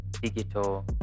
digital